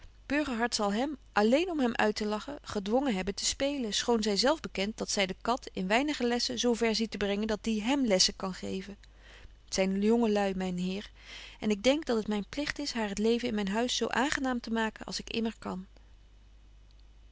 burgerhart zal hem alléén om hem uittelachen gedwongen hebben te spelen schoon zy zelf bekent dat zy de kat in weinige lessen zo ver ziet te brengen dat die hem lessen kan geven t zyn jonge lui myn heer en ik denk dat het myn pligt is haar het leven in myn huis zo aangenaam te maken als ik immer kan